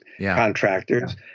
contractors